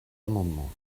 amendement